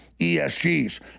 ESGs